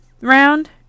round